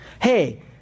Hey